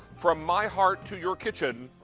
from my heart to your kitchen.